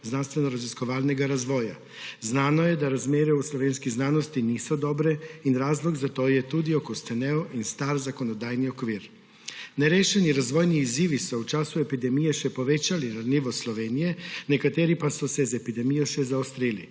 znanstvenoraziskovalnega razvoja. Znano je, da razmere v slovenski znanosti niso dobre in razlog za to je tudi okostenel in star zakonodajni okvir. Nerešeni razvojni izzivi so v času epidemije še povečali ranljivost Slovenije, nekateri pa so se z epidemijo še zaostrili.